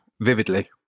vividly